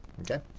okay